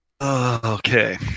Okay